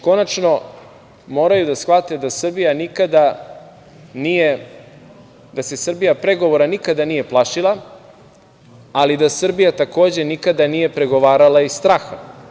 Konačno moraju da shvate da se Srbija nikada pregovora nije plašila, ali da Srbija takođe, nikada nije pregovarala iz straha.